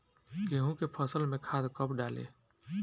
गेहूं के फसल में खाद कब डाली?